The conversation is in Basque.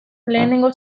lehenengo